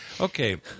Okay